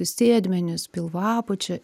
į sėdmenis pilvo apačią